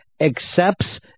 accepts